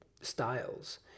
styles